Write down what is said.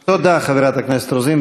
תודה, חברת הכנסת רוזין.